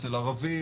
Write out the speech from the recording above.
אצל ערבים,